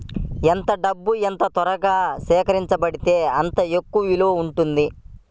ఎంత డబ్బు ఎంత త్వరగా స్వీకరించబడితే అంత ఎక్కువ విలువ ఉంటుంది